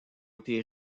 été